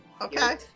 okay